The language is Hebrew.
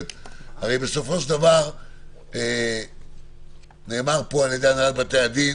הרי בסופו של דבר נאמר פה על ידי הנהלת בתי הדין